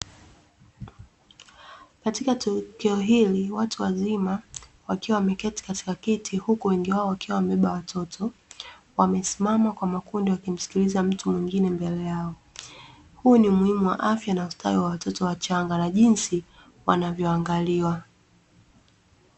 Katika tukio hili, watu wazima wakiwa wameketi katika kiti, huku wengi wao wakiwa wamebeba watoto, wamesimama kwa makundi wakimsikiliza mtu mwingine mbele yao. Huu ni umuhimu wa afya na usitawi wa watoto wachanga na jinsi wanavyoangaliwa.